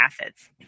acids